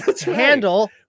handle